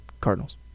Cardinals